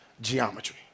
geometry